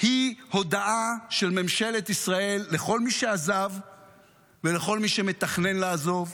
היא הודעה של ממשלת ישראל לכל מי שעזב ולכל מי שמתכנן לעזוב: